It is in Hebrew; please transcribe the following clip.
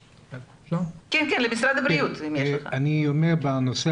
ההלכתיים, דובר על הנושא